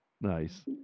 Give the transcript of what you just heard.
Nice